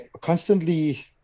constantly